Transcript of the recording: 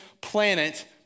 planet